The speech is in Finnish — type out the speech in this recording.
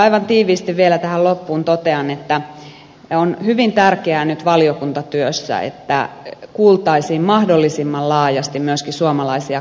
aivan tiiviisti vielä tähän loppuun totean että on hyvin tärkeää nyt valiokuntatyössä että kuultaisiin mahdollisimman laajasti myöskin suomalaisia kansalaisjärjestöjä